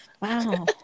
Wow